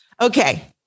Okay